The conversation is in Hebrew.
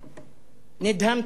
נדהמתי,